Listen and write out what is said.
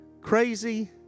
crazy